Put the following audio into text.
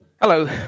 Hello